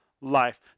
life